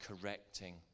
correcting